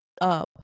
up